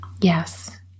yes